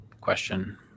question